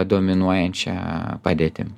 dominuojančia padėtim